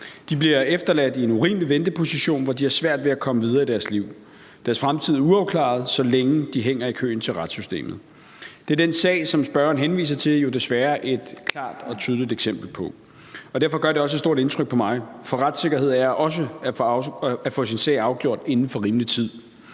De bliver efterladt i en urimelig venteposition, hvor de har svært ved at komme videre i deres liv. Deres fremtid er uafklaret, så længe de hænger i køen til retssystemet. Det er den sag, som spørgeren henviser til, jo desværre et klart og tydeligt eksempel på, og derfor gør det også et stort indtryk på mig. For retssikkerhed er også at få sin sag afgjort inden for rimelig tid.